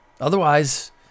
Otherwise